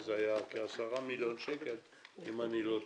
זה היה כ-10 מיליון שקל אם אני לא טועה.